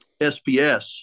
SPS